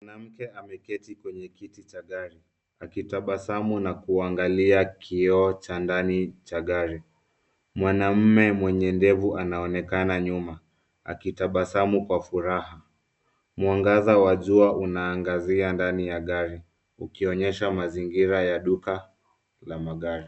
Mwanamke ameketi kwenye kiti cha gari akitabasamu na kuangalia kioo cha ndani cha gari. Mwanaume mwenye ndevu anaonekana nyuma akitabasamu kwa furaha. Mwangaza wa jua unaangazia ndani ya gari ukionyesha mazingira ya duka la magari.